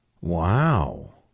Wow